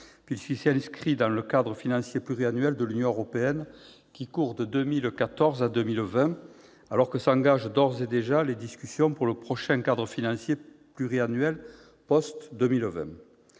puisqu'il s'inscrit dans le cadre financier pluriannuel de l'Union européenne, qui court de 2014 à 2020, alors que s'engagent d'ores et déjà les discussions pour le prochain cadre financier pluriannuel post-2020.